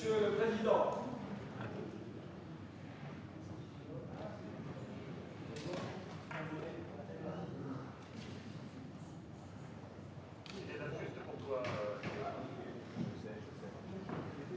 Monsieur le président,